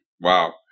wow